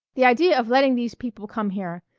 the idea of letting these people come here!